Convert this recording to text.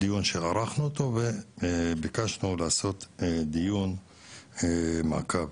זה דיון שערכנו אותנו וביקשנו לעשות דיון מעקב.